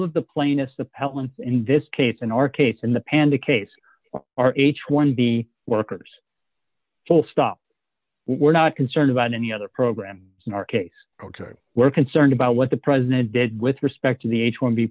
appellant in this case in our case in the panda case are h one b workers full stop we're not concerned about any other programs in our case ok we're concerned about what the president did with respect to the h one b